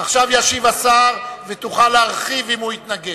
עכשיו ישיב השר, ותוכל להרחיב אם הוא יתנגד.